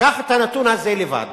קח את הנתון הזה לבד,